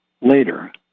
later